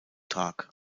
tag